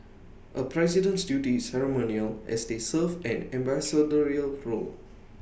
A president's duty is ceremonial as they serve an ambassadorial role